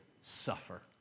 suffer